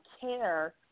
care